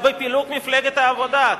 בפילוג מפלגת העבודה.